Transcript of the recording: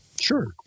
Sure